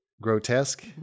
Grotesque